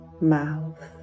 mouth